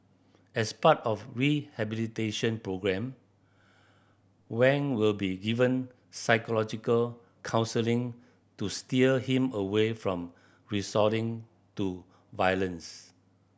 as part of rehabilitation programme Wang will be given psychological counselling to steer him away from resorting to violence